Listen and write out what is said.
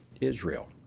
Israel